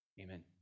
Amen